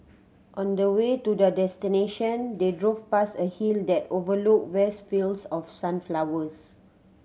on the way to their destination they drove past a hill that overlooked vast fields of sunflowers